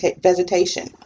vegetation